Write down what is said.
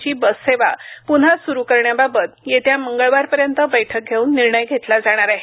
ची बस सेवा पुन्हा सुरू करण्याबाबत येत्या मंगळवारपर्यंत बैठक घेऊन निर्णय घेतला जाणार आहे